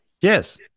Yes